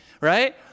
Right